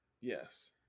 Yes